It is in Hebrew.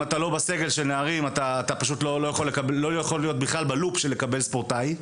אתה לא בסגל אז אתה לא יכול להיות בלופ של לקבל ספורטאי.